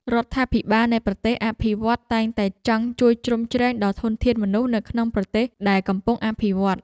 រដ្ឋាភិបាលនៃប្រទេសអភិវឌ្ឍន៍តែងតែចង់ជួយជ្រោមជ្រែងដល់ធនធានមនុស្សនៅក្នុងប្រទេសដែលកំពុងអភិវឌ្ឍ។